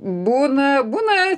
būna būna